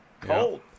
Cold